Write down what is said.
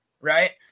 right